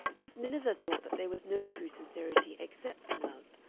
miss miniver thought that there was no true sincerity except in love,